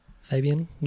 Fabian